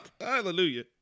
Hallelujah